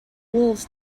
wolves